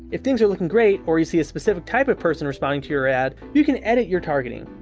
if things are looking great or you see a specific type of person responding to your ad, you can edit your targeting.